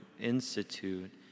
institute